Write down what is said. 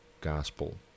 gospel